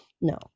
no